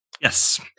yes